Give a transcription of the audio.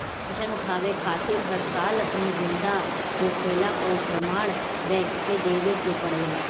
pension उठावे खातिर हर साल अपनी जिंदा होखला कअ प्रमाण बैंक के देवे के पड़ेला